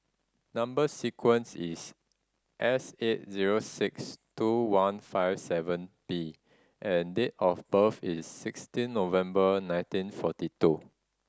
number sequence is S eight zero six two one five seven B and date of birth is sixteen November nineteen forty two